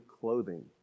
clothing